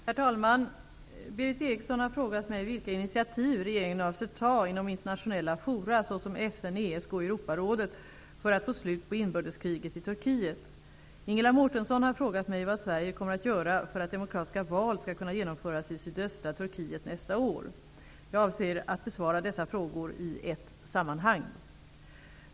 Herr talman! Berith Eriksson har frågat mig vilka initiativ regeringen avser ta inom internationella forum såsom FN, ESK och Europarådet för att få slut på inbördeskriget i Turkiet. Ingela Mårtensson har frågat mig vad Sverige kommer att göra för att demokratiska val skall kunna genomföras i sydöstra Turkiet nästa år. Jag avser att besvara dessa frågor i ett sammanhang.